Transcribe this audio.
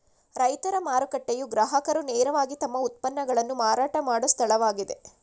ರೈತರ ಮಾರುಕಟ್ಟೆಯು ಗ್ರಾಹಕರು ನೇರವಾಗಿ ತಮ್ಮ ಉತ್ಪನ್ನಗಳನ್ನು ಮಾರಾಟ ಮಾಡೋ ಸ್ಥಳವಾಗಿದೆ